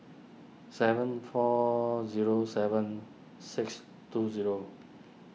seven four zero seven six two zero